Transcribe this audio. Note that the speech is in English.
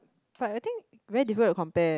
but I think very difficult to compare